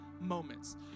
moments